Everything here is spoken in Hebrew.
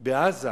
בעזה,